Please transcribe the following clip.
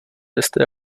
testy